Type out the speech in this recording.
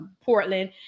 portland